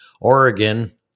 Oregon